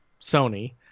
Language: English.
Sony